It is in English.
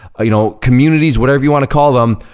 you know, communities, whatever you wanna call them,